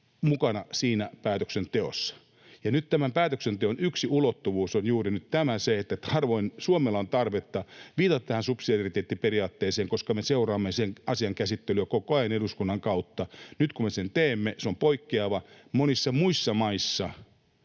mukana siinä päätöksenteossa. Ja nyt tämän päätöksenteon yksi ulottuvuus on juuri nyt tämä — se, että harvoin Suomella on tarvetta viitata tähän subsidiariteettiperiaatteeseen, koska me seuraamme sen asian käsittelyä koko ajan eduskunnan kautta. Nyt, kun me sen teemme, se on poikkeava. Monissa muissa maissa